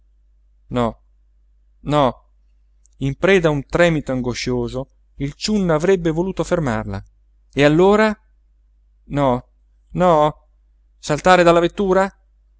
no no in preda a un tremito angoscioso il ciunna avrebbe voluto fermarla e allora no no saltare dalla vettura